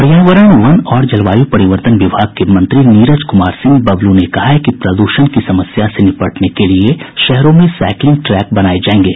पर्यावरण वन और जलवायू परिवर्तन विभाग के मंत्री नीरज कुमार सिंह बबलू ने कहा है कि प्रदूषण की समस्या से निपटने के लिए शहरों में साईकिलिंग ट्रैक बनाये जायेंगे